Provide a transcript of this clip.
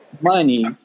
money